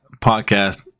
podcast